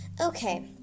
okay